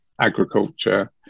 agriculture